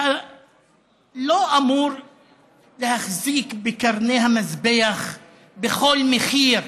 אתה לא אמור להחזיק בקרני המזבח בכל מחיר,